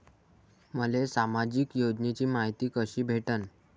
मले सामाजिक योजनेची मायती कशी भेटन?